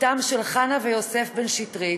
בתם של חנה ויוסף בן-שטרית,